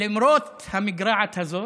ולמרות המגרעת הזאת,